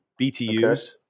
BTUs